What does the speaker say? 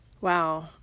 Wow